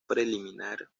preliminar